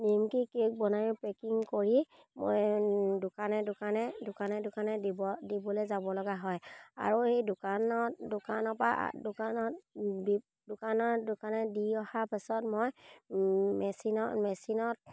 নিমকি cake বনাই packing কৰি মই দোকানে দোকানে দোকানে দোকানে দিব দিবলে যাব লগা হয় আৰু সেই দোকানত দোকানৰ পৰা দোকানত দোকানে দোকানে দি অহাৰ পাছত মই মেচিনত মেচিনত